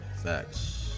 Facts